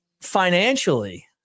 financially